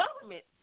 government